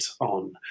on